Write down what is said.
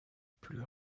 plus